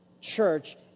church